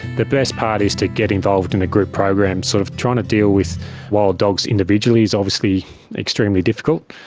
the best part is to get involved and a group program. sort of trying to deal with wild dogs individually is obviously extremely difficult,